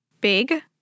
big